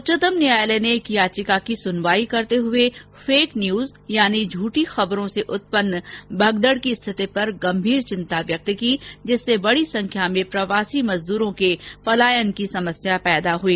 उच्चतम न्यायालय ने एक याचिका की सुनवाई करते हुए फेक न्यूज यानि झूठी खबरों से उत्पन्न भगदड की स्थिति पर गंभीर थिंता व्यक्त की जिससे बडी संख्या में प्रवासी मजदूरों की पलायन की समस्या पैदा हुई